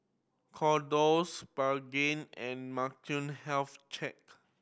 Kordel's Pregain and health check